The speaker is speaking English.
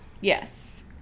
Yes